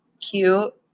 cute